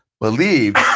believed